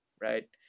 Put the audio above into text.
right